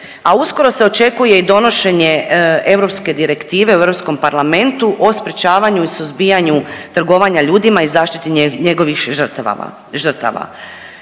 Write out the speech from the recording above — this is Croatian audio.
a uskoro se očekuje i donošenje Europske direktive u Europskom parlamentu o sprječavanju i suzbijanju trgovanja ljudima i zaštiti njegovih žrtava.